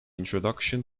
introduction